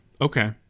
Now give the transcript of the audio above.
Okay